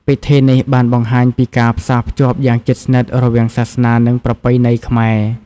ពិធីនេះបានបង្ហាញពីការផ្សារភ្ជាប់យ៉ាងជិតស្និទ្ធរវាងសាសនា និងប្រពៃណីខ្មែរ។